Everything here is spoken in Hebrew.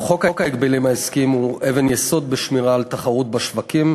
חוק ההגבלים העסקיים הוא אבן יסוד בשמירה על תחרות בשווקים,